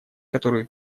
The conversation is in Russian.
которую